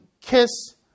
kiss